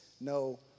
no